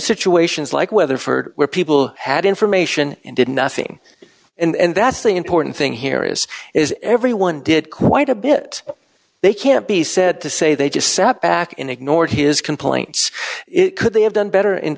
situations like weatherford where people had information and did nothing and that's the important thing here is is everyone did quite a bit they can't be said to say they just sat back and ignored his complaints it could they have done better